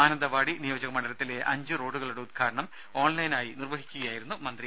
മാനന്തവാടി നിയോജക മണ്ഡലത്തിലെ അഞ്ച് റോഡുകളുടെ ഉദ്ഘാടനം ഓൺലൈനായി നിർവഹിക്കുകയായിരുന്നു മന്ത്രി